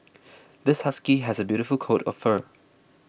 this husky has a beautiful coat of fur